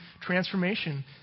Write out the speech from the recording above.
transformation